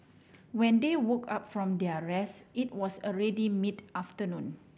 when they woke up from their rest it was already mid afternoon